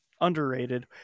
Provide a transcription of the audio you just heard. Underrated